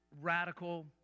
radical